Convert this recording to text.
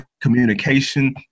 communication